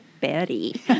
Betty